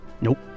Nope